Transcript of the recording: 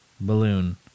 Balloon